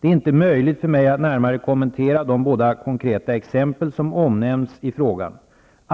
Det är inte möjligt för mig att närmare kommentera de båda konkreta exempel som omnämns i frågan.